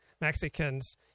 Mexicans